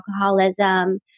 alcoholism